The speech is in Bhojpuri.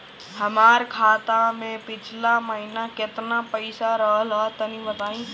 हमार खाता मे पिछला महीना केतना पईसा रहल ह तनि बताईं?